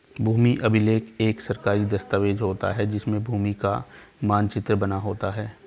भूमि अभिलेख एक सरकारी दस्तावेज होता है जिसमें भूमि का मानचित्र बना होता है